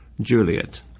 Juliet